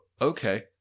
okay